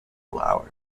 flowers